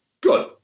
Good